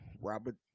Robert